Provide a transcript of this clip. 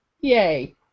Yay